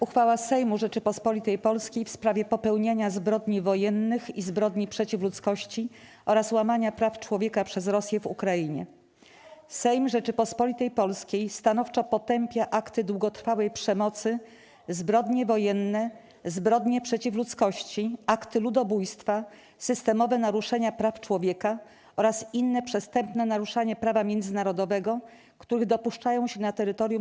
Uchwała Sejmu Rzeczypospolitej Polskiej w sprawie popełniania zbrodni wojennych i zbrodni przeciw ludzkości oraz łamania praw człowieka przez Rosję w Ukrainie Sejm Rzeczypospolitej Polskiej stanowczo potępia akty długotrwałej przemocy, zbrodnie wojenne, zbrodnie przeciw ludzkości, akty ludobójstwa, systemowe naruszenia praw człowieka oraz inne przestępne naruszenia prawa międzynarodowego, których dopuszczają się na terytorium